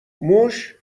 موش